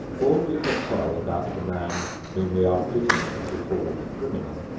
all we can tell about the man whom we are pleased to call a criminal,